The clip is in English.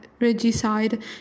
regicide